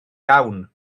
iawn